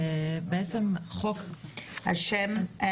בעצם החוק --- השם?